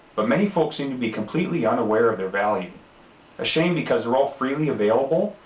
but many folks seem to be completely unaware of their value a shame because they're all freely available,